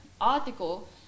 article